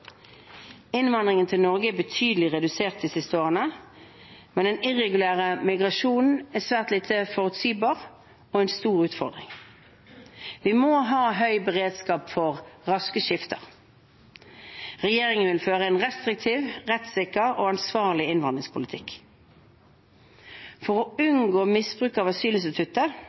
Innvandringen til Norge er betydelig redusert de siste årene, men den irregulære migrasjonen er svært lite forutsigbar og er en stor utfordring. Vi må ha høy beredskap for raske skifter. Regjeringen vil føre en restriktiv, rettssikker og ansvarlig innvandringspolitikk. For å unngå misbruk av asylinstituttet